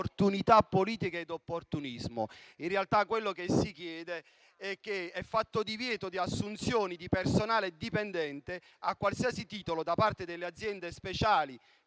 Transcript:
opportunità politica ed opportunismo. In realtà, il testo afferma che è fatto divieto di assunzioni di personale dipendente, a qualsiasi titolo, da parte delle aziende speciali,